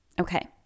Okay